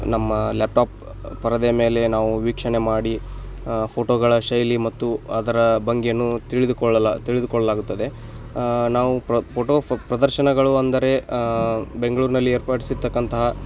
ನಮ್ಮ ಲ್ಯಾಪ್ಟಾಪ್ ಪರದೆ ಮೇಲೆ ನಾವು ವೀಕ್ಷಣೆ ಮಾಡಿ ಫೋಟೋಗಳ ಶೈಲಿ ಮತ್ತು ಅದರ ಭಂಗಿಯನ್ನು ತಿಳಿದುಕೊಳ್ಳಲು ತಿಳಿದುಕೊಳ್ಳಲಾಗುತ್ತದೆ ನಾವು ಪ್ರ ಪೋಟೋ ಫ ಪ್ರದರ್ಶನಗಳು ಅಂದರೆ ಬೆಂಗಳೂರ್ನಲ್ಲಿ ಏರ್ಪಡ್ಸಿರ್ತಕ್ಕಂತಹ